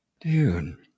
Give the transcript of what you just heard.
dude